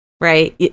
right